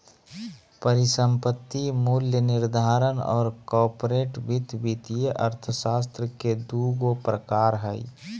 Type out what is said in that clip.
परिसंपत्ति मूल्य निर्धारण और कॉर्पोरेट वित्त वित्तीय अर्थशास्त्र के दू गो प्रकार हइ